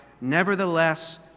nevertheless